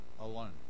alone